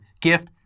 gift